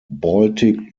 baltic